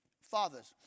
fathers